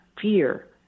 fear